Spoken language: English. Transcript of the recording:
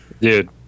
Dude